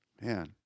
Man